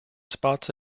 spots